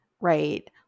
right